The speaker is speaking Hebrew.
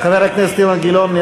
חבר הכנסת אילן גילאון,